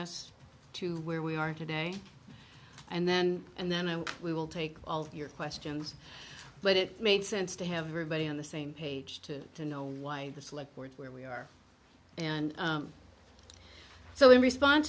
us to where we are today and then and then and we will take all your questions but it made sense to have everybody on the same page to to know why the select boards where we are and so in respon